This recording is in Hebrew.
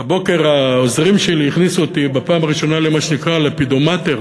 והבוקר העוזרים שלי הכניסו אותי בפעם הראשונה למה שנקרא לפידומטר,